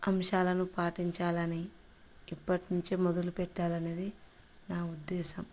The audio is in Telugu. అంశాలను పాటించాలని ఇప్పటినుంచే మొదలు పెట్టాలనేది నా ఉద్దేశం